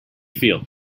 feel